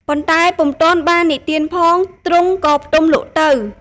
ប៉ុន្តែពុំទាន់បាននិទានផង ទ្រង់ក៏ផ្ទំលក់ទៅ។